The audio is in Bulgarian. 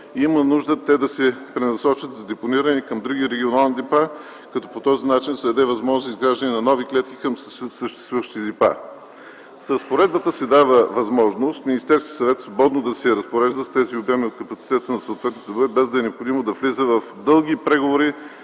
има нужда те да се пренасочат за депониране към други регионални депа, като по този начин се даде възможност за изграждане на нови клетки към съществуващите депа. С разпоредбата се дава възможност Министерският съвет свободно да се разпорежда с тези обеми от капацитета на съответните депа, без да е необходимо да влиза в дълги преговори